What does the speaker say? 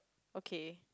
okay